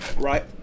Right